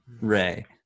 Ray